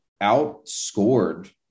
outscored